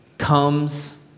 comes